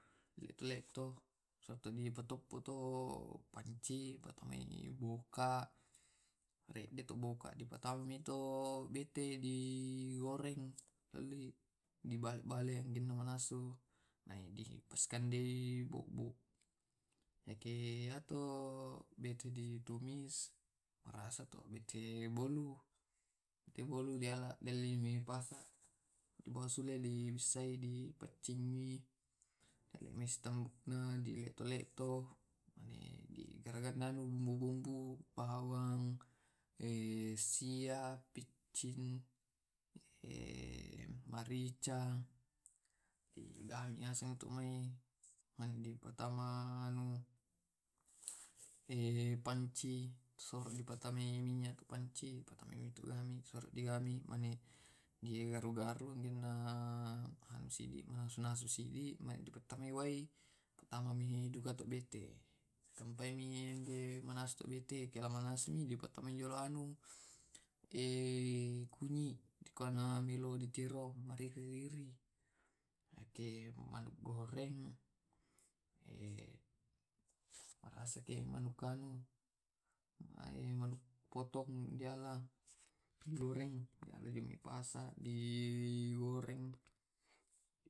Mane di nasui di kompor manu di goreng dipabulinjolo mane di bersihkan mane di polopolo mane dibiccu biccu mane dibersihkan jolo, mua iyate bokko marasa ke sikande siola bobbo dibersihkan oyo oyo bersih mane di palekkoinsia siola kunyi sarre sijolo dibersihkan. cumi cummi diramme dibersihkan mane dipalekkoi marasa di kande siola bobbomterus to cumi cumi dimarasa wai dipamanrasa apakagi dipasiola bobbo.